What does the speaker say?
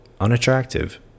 unattractive